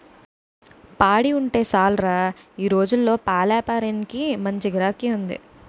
పాడి ఉంటే సాలురా ఈ రోజుల్లో పాలేపారానికి మంచి గిరాకీ ఉంది